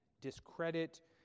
discredit